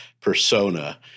persona